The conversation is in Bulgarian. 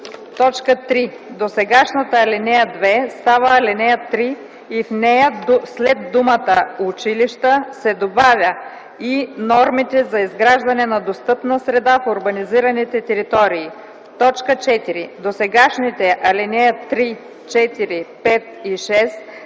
3. Досегашната ал. 2 става ал. 3 и в нея след думата „училища” се добавя „и нормите за изграждане на достъпна среда в урбанизираните територии”. 4. Досегашните ал. 3, 4, 5 и 6